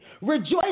rejoice